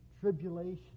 tribulation